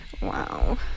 Wow